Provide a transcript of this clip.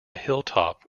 hilltop